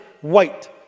white